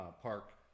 Park